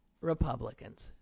Republicans